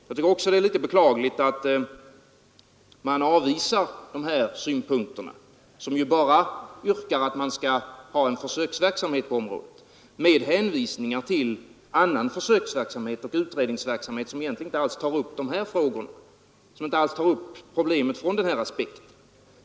Jag tycker också det är litet beklagligt att man avvisar de här synpunkterna som ju bara innebär att det skulle bli en försöksverksamhet på området med hänvisningar till annan försöksverksamhet och utredningsverksamhet som egentligen inte alls tar upp problemet från den här aspekten.